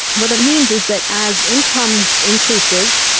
what it means is that as income increases,